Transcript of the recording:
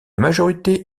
majorité